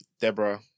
Deborah